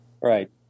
right